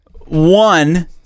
One